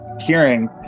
hearing